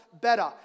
better